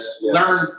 learn